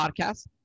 podcast